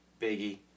Biggie